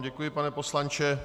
Děkuji vám, pane poslanče.